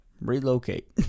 relocate